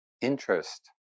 interest